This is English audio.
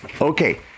Okay